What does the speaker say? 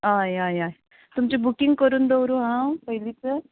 हय हय हय तुमचें बुकींग करून दवरूं हांव पयलींच